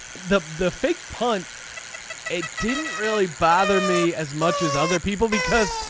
the the fake punt it didn't really bother me as much as other people because